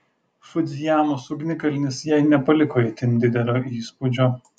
fudzijamos ugnikalnis jai nepaliko itin didelio įspūdžio